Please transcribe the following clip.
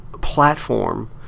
platform